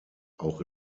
auch